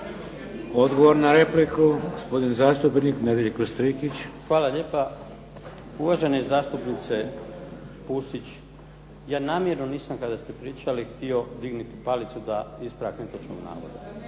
Odgovor na repliku gospodin zastupnik Nedjeljko Strikić. **Strikić, Nedjeljko (HDZ)** Hvala lijepa. Uvažena zastupnica STrikić ja namjerno nisam kada ste pričali htio dignuti palicu za ispravak netočnog navoda,